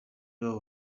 babo